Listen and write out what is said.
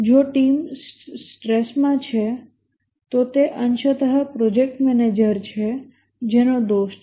જો ટીમ સ્ટ્રેસમાં છે તો તે અંશત પ્રોજેક્ટ મેનેજર છે જેનો દોષ છે